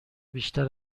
بیشتر